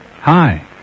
Hi